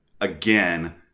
again